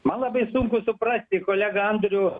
man labai sunku suprasti kolegą andrių